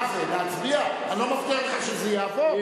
אני לא מבטיח שזה יעבור,